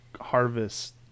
harvest